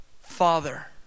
Father